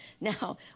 Now